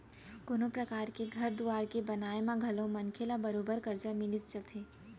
कोनों परकार के घर दुवार के बनाए म घलौ मनखे ल बरोबर करजा मिलिच जाथे